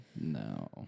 No